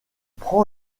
prend